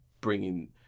bringing